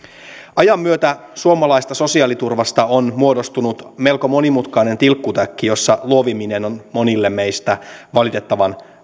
ajan myötä suomalaisesta sosiaaliturvasta on muodostunut melko monimutkainen tilkkutäkki jossa luoviminen on monille meistä valitettavan